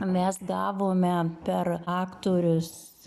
mes gavome per aktorius